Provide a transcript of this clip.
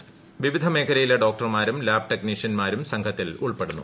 പ്ലിവിധ ്മേഖലയിലെ ഡോക്ടർമാരും ലാബ് ടെക്നീഷ്യൻമാരും സ്ട്ഘത്തിൽ ഉൾപ്പെടുന്നു